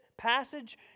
passage